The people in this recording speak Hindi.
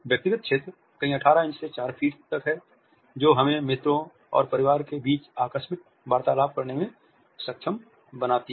व्यक्तिगत क्षेत्र कहीं 18 इंच से 4 फीट तक है जो हमें मित्रों और परिवार के बीच आकस्मिक वार्तालाप करने में सक्षम बनाती है